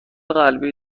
قلبی